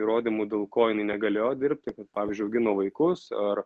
įrodymų dėl ko jinai negalėjo dirbti kad pavyzdžiui augino vaikus ar